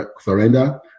surrender